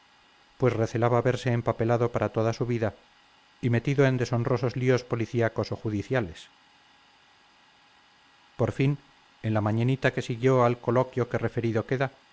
pues recelaba verse empapelado para toda su vida y metido en deshonrosos líos policíacos o judiciales por fin en la mañanita que siguió al coloquio que referido queda